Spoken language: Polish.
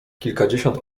kilkadziesiąt